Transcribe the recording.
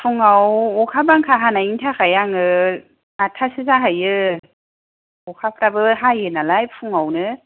फुङाव अखा बांखा हानायनि थाखाय आङो आठथासो जाहैयो अखाफ्राबो हायो नालाय फुङावनो